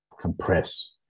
compress